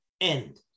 end